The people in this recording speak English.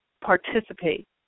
participate